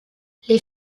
les